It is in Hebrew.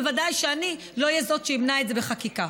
ודאי שאני לא אהיה זאת שאמנע את זה בחקיקה.